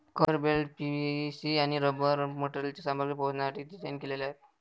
conveyor belts PVC आणि rubber मटेरियलची सामग्री पोहोचवण्यासाठी डिझाइन केलेले आहेत